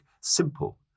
simple